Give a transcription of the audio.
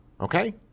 okay